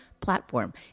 platform